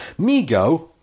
Migo